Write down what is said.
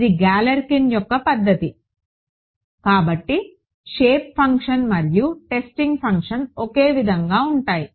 ఇది గాలెర్కిన్ యొక్క పద్ధతి కాబట్టి షేప్ ఫంక్షన్ మరియు టెస్టింగ్ ఫంక్షన్ ఒకే విధంగా ఉంటాయి